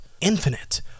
Infinite